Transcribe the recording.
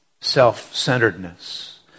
self-centeredness